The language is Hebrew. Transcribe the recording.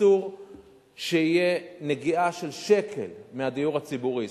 אסור שתהיה נגיעה של שקל מהדיור הציבורי.